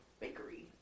bakery